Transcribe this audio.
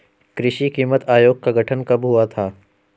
कृषि कीमत आयोग का गठन कब हुआ था?